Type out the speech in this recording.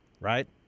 right